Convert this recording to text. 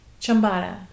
Chambada